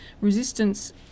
Resistance